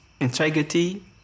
integrity